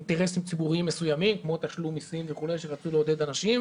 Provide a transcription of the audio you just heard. אינטרסים ציבוריים מסוימים כמו תשלום מסים כשרצו לעודד אנשים.